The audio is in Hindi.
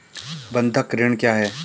बंधक ऋण क्या है?